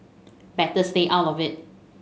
better stay out of it